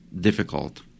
difficult